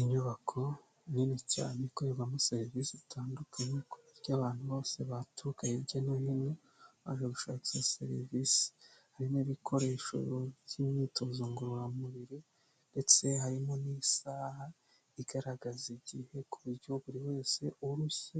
Inyubako nini cyane ikorerwamo serivisi zitandukanye ku buryo abantu bose baturuka hirya no hino baje gushaka izo serivisi, harimo ibikoresho by'imyitozo ngororamubiri ndetse harimo n'isaha igaragaza igihe ku buryo buri wese urushye